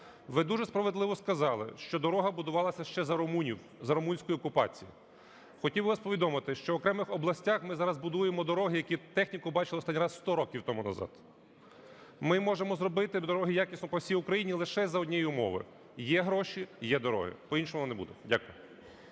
Ви дуже справедливо сказали, що дорога будувалася ще за румунів, за румунської окупації. Хотів вас повідомити, що в окремих областях ми зараз будуємо дороги, які техніку бачили останній раз 100 років тому назад. Ми можемо зробити дороги якісно по всій Україні лише за однієї умови: є гроші, є дороги. По-іншому не буде. Дякую.